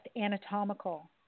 anatomical